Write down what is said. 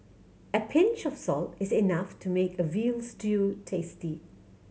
a pinch of salt is enough to make a veal stew tasty